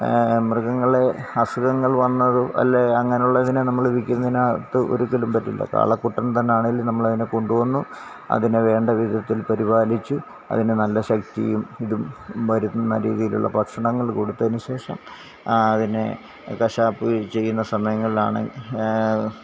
മൃഗങ്ങളെ അസുഖങ്ങൾ വന്നതും അല്ലെങ്കില് അങ്ങനെയുള്ള ഇതിനെ നമ്മള് വില്ക്കുന്നതിനകത്ത് ഒരിക്കലും പറ്റൂല കാളക്കുട്ടൻ തന്നെ ആണേലും നമ്മളതിനെ കൊണ്ടുവന്നു അതിനെ വേണ്ട വിധത്തിൽ പരിപാലിച്ചു അതിന് നല്ല ശക്തിയും ഇതും വരുന്ന രീതിലുള്ള ഭക്ഷണങ്ങൾ കൊടുത്തതിന് ശേഷം ആ അതിനെ കശാപ്പ് ചെയ്യുന്ന സമയങ്ങളിലാണേൽ